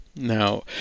Now